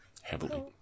Heavily